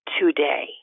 today